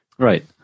Right